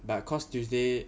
but cause tuesday